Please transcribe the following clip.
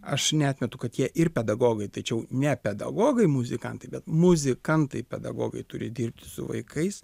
aš neatmetu kad jie ir pedagogai tačiau ne pedagogai muzikantai bet muzikantai pedagogai turi dirbti su vaikais